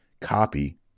copy